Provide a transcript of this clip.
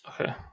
Okay